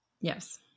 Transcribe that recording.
Yes